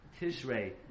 Tishrei